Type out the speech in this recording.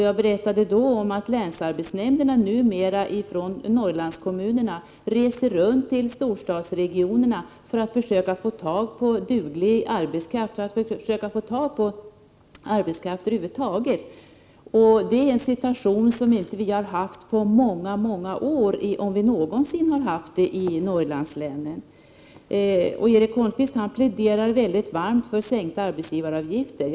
Jag berättade då att länsarbetsnämnderna i Norrlandskommunerna numera reser runt till storstadsregionerna för att försöka få tag i duglig arbetskraft eller arbetskraft över huvud taget. Det är en situation som vi inte har haft på många år, om ens någonsin, i Prot. 1988/89:110 Norrlandslänen. 9 maj 1989 Erik Holmkvist pläderade mycket varmt för sänkta arbetsgivaravgifter.